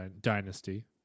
dynasty